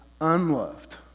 unloved